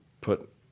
put